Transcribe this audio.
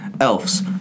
elves